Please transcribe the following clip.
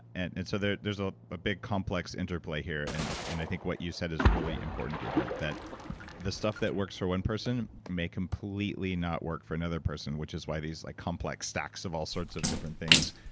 and and so, there's a ah ah big complex interplay here and and i think what you said is really important, deirdre, that the stuff that works for one person may completely not work for another person, which is why these like complex stacks of all sorts of different things.